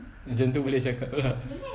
macam tu boleh cakap lah